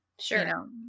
sure